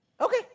okay